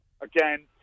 again